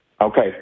Okay